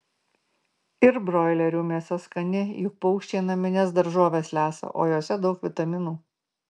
ir broilerių mėsa skani juk paukščiai namines daržoves lesa o jose daug vitaminų